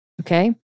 Okay